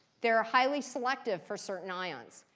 they're highly selective for certain ions.